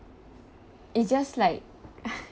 it just like